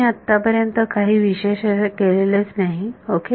मी आत्तापर्यंत काही विशेष केलेलेच नाही ओके